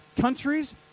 countries